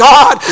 God